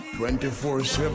24-7